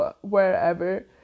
wherever